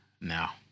now